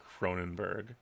cronenberg